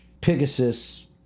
Pegasus